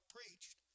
preached